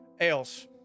else